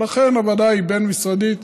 ולכן, הוועדה היא בין-משרדית.